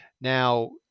Now